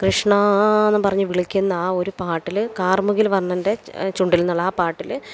കൃഷ്ണാ എന്നും പറഞ്ഞ് വിളിക്കുന്ന ആ ഒരു പാട്ടിൽ കാർമുകിൽ വർണന്റെ ചുണ്ടിൽ എന്ന് ഉള്ള ആ പാട്ടിൽ